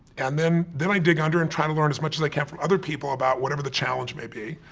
and then then i dig under and i try to learn as much as i can from other people about whatever the challenge may be,